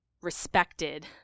respected